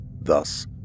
Thus